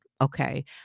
okay